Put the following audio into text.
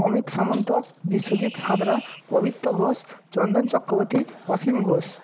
Amit Samanta Biswajit Santra Pabitra Ghosh Chandan Chakraborty Asim Ghosh